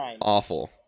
awful